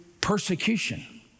persecution